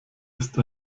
ist